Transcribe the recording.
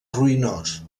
ruïnós